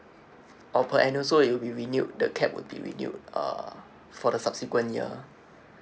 oh per annual so it will be renewed the cap would be renewed uh for the subsequent year